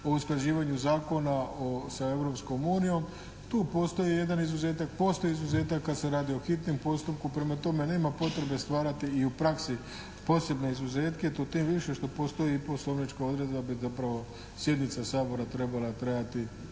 o usklađivanju zakona sa Europskom unijom. Tu postoji jedan izuzetak. Postoji izuzetak kad se radi o hitnom postupku. Prema tome nema potrebe stvarati i u praksi posebne izuzetke, to tim više što postoji poslovnička odredba, zapravo gdje bi sjednica Sabora trebala trajati